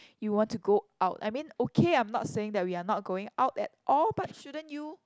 you want to go out I mean okay I'm not saying that we are not going out at all but shouldn't you